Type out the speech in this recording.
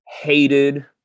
hated